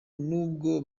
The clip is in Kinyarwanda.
nubwo